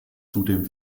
zudem